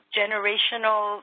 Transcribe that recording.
generational